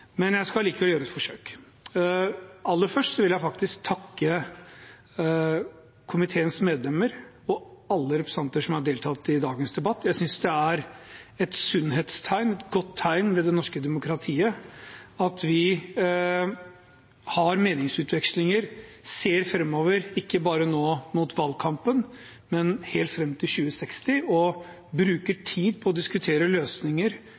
Jeg skal likevel gjøre et forsøk. Aller først vil jeg faktisk takke komiteens medlemmer og alle representanter som har deltatt i dagens debatt. Jeg synes det er et sunnhetstegn, et godt tegn, ved det norske demokratiet at vi har meningsutvekslinger, ser framover – ikke bare nå mot valgkampen, men helt fram til 2060 – og bruker tid på å diskutere løsninger,